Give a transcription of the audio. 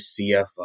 CFO